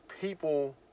people